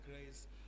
grace